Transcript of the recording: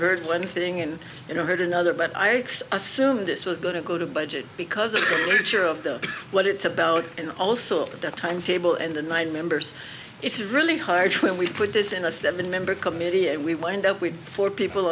heard one thing and you know heard another but i assumed this was going to go to budget because it nature of what it's about and also the timetable and the nine members it's really hard when we put this in a seven member committee and we wind up with four people